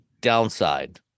downside